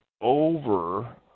over